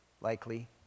likely